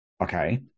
Okay